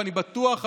ואני בטוח,